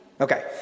Okay